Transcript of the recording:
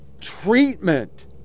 treatment